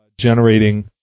generating